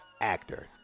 actor